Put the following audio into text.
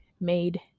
made